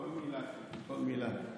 יושב-ראש הישיבה,